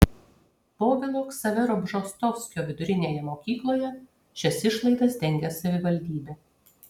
povilo ksavero bžostovskio vidurinėje mokykloje šias išlaidas dengia savivaldybė